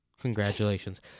Congratulations